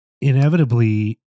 inevitably